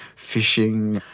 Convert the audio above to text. fishing,